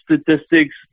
statistics